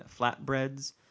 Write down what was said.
flatbreads